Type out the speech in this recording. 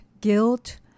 guilt